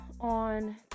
on